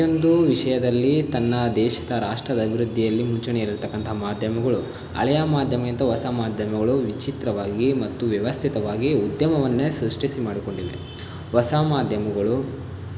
ಪ್ರತಿಯೊಂದು ವಿಷಯದಲ್ಲಿ ತನ್ನ ದೇಶದ ರಾಷ್ಟ್ರದ ಅಭಿವೃದ್ಧಿಯಲ್ಲಿ ಮುಂಚೂಣಿಯಲ್ಲಿರತಕ್ಕಂಥ ಮಾಧ್ಯಮಗಳು ಹಳೆಯ ಮಾಧ್ಯಮಗಿಂತ ಹೊಸ ಮಾಧ್ಯಮಗಳು ವಿಚಿತ್ರವಾಗಿ ಮತ್ತು ವ್ಯವಸ್ಥಿತವಾಗಿ ಉದ್ಯಮವನ್ನೇ ಸೃಷ್ಟಿ ಮಾಡಿಕೊಂಡಿವೆ ಹೊಸ ಮಾಧ್ಯಮಗಳು